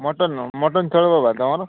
mutton ନୁହଁ mutton ଚଳିବ ବା ତୁମର